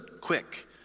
Quick